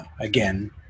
again